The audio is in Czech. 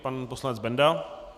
Pan poslanec Benda.